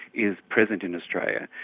is present in australia.